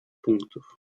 пунктов